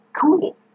cool